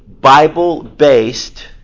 Bible-based